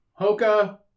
Hoka